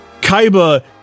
Kaiba